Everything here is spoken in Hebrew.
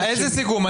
איזה סיכום?